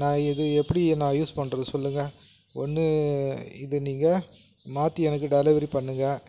நான் இது எப்படி நான் யூஸ் பண்ணுறது சொல்லுங்கள் ஒன்று இதை நீங்கள் மாற்றி எனக்கு டெலிவரி பண்ணுங்கள்